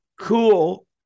cool